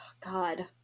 God